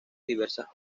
diversas